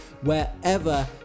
wherever